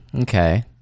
Okay